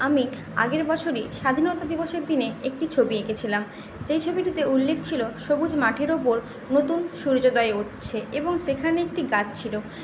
আমি আগের বছরই স্বাধীনতা দিবসের দিনে একটি ছবি এঁকেছিলাম সেই ছবিটিতে উল্লেখ ছিল সবুজ মাঠের ওপর নতুন সূর্যোদয় উঠছে এবং সেখানে একটি গাছ ছিল